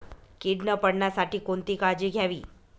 कीड न पडण्यासाठी कोणती काळजी घ्यावी?